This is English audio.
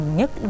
nhất